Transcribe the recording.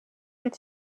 did